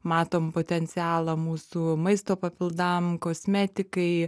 matom potencialą mūsų maisto papildam kosmetikai